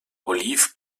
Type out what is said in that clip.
oliv